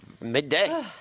midday